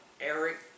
Eric